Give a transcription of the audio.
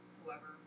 whoever